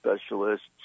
specialists